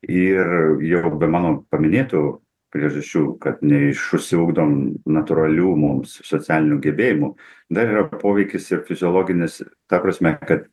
ir jau be mano paminėtų priežasčių kad neišsiugdom natūralių mums socialinių gebėjimų dar yra poveikis ir fiziologinis ta prasme ka